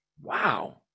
wow